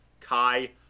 Kai